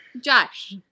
Josh